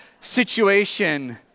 situation